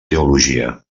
teologia